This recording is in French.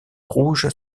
rouge